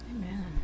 Amen